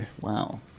Wow